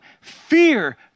fear